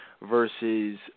versus